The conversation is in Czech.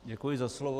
Děkuji za slovo.